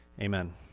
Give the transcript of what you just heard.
Amen